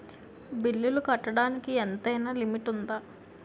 బిల్లులు కట్టడానికి ఎంతైనా లిమిట్ఉందా?